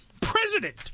president